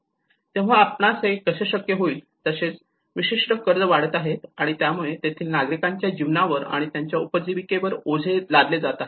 तेव्हा आपल्याला हे कसे शक्य होईल तसेच विशिष्ट कर्ज वाढत आहे आणि त्यामुळे तेथील नागरिकांच्या जीवनावर आणि त्यांच्या उपजीविकेवर ओझे लादले जात आहे